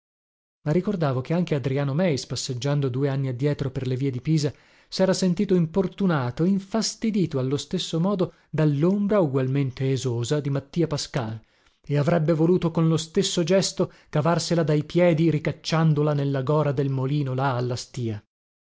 ma ricordavo che anche adriano meis passeggiando due anni addietro per le vie di pisa sera sentito importunato infastidito allo stesso modo dallombra ugualmente esosa di mattia pascal e avrebbe voluto con lo stesso gesto cavarsela dai piedi ricacciandola nella gora del molino là alla stìa